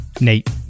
Nate